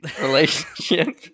relationship